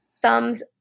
Thumbs